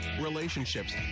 relationships